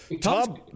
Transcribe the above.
Tom